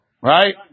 right